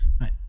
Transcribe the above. right